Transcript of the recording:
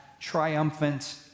triumphant